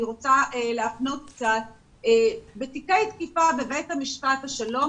אני רוצה להפנות לתיקי תקיפה בבית משפט השלום.